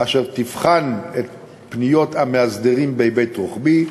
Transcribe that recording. אשר תבחן את פניות המאסדרים בהיבט רוחבי,